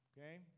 Okay